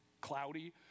cloudy